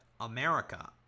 america